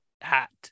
hat